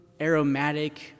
aromatic